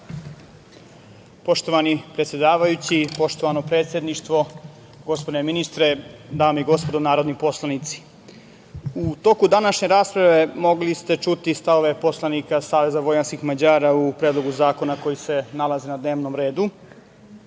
Poštovani predsedavajući, poštovano predsedništvo, gospodine ministre, dame i gospodo narodni poslanici, u toku današnje rasprave mogli ste čuti stavove poslanika SVM u Predlogu zakona koji se nalazi na dnevnom